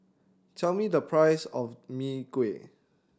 tell me the price of Mee Kuah